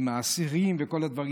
עם האסירים וכל הדברים.